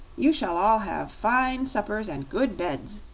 you shall all have fine suppers and good beds.